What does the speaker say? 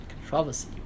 Controversy